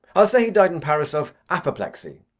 i'll say he died in paris of apoplexy.